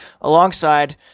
alongside